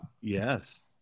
Yes